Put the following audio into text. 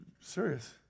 serious